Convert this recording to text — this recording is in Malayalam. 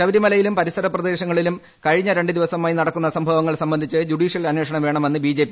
ശബരിമലയിലും പരിസര പ്രദേശങ്ങളിലും കഴിഞ്ഞ രണ്ട് ദിവസമായി നടക്കുന്ന സംഭവങ്ങൾ സംബന്ധിച്ച് ജൂഡീഷ്യൽ അന്വേഷണം വേണമെന്ന് ബി ജെ പി